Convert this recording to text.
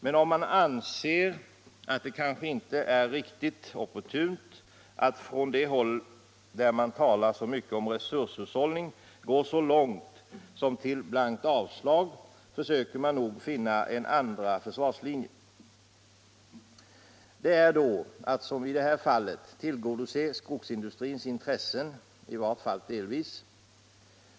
Men om man anser att det kanske inte är riktigt opportunt att från det håll där man talar så mycket om resurshushållning gå så långt som till blankt avslag, försöker man nog finna en andra försvarslinje. Denna är då att — som i det här fallet — tillgodose skogsindustrins intressen, åtminstone delvis.